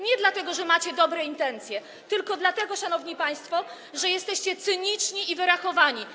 Nie dlatego, że macie dobre intencje, tylko dlatego, szanowni państwo, że jesteście cyniczni i wyrachowani.